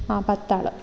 ആ പത്താള്